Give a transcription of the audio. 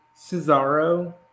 Cesaro